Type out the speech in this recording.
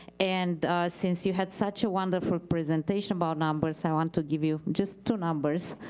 and since you had such a wonderful presentation about numbers, i want to give you just two numbers.